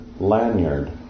Lanyard